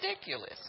ridiculous